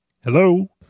Hello